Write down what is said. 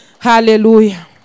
Hallelujah